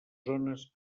zones